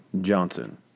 Johnson